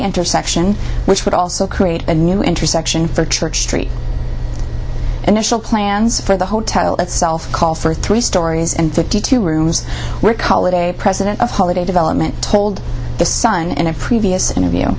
intersection which would also create a new intersection for church street initial plans for the hotel itself calls for three storeys and fifty two rooms were colored a president of holiday development told the sun in a previous interview